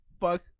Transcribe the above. fuck